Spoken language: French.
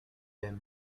aimes